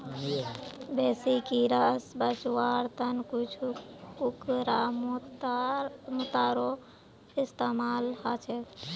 बेसी कीरा स बचवार त न कुछू कुकुरमुत्तारो इस्तमाल ह छेक